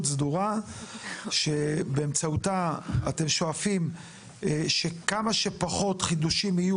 סדורה שבאמצעותה אתם שואפים שכמה שפחות חידושים יהיו